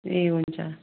ए हुन्छ